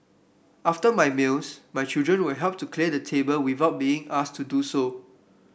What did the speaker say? after my meals my children will help to clear the table without being asked to do so